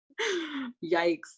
Yikes